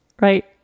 right